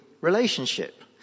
relationship